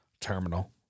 terminal